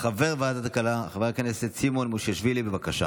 אין מתנגדים,